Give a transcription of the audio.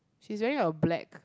she's wearing a black